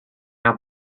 our